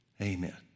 amen